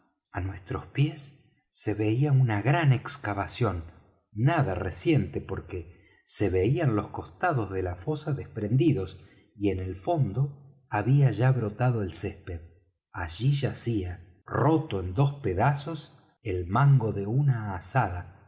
á nuestros pies se veía una gran excavación nada reciente porque se veían los costados de la fosa desprendidos y en el fondo había ya brotado el césped allí yacía roto en dos pedazos el mango de una azada